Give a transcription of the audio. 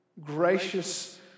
gracious